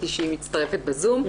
שראיתי שהיא מצטרפת בזום,